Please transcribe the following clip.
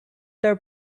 their